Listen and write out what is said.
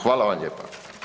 Hvala vam lijepa.